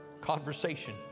conversation